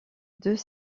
deux